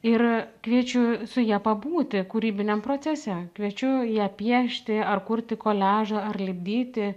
ir kviečiu su ja pabūti kūrybiniam procese kviečiu ją piešti ar kurti koliažą ar lipdyti